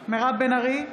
מירב בן ארי,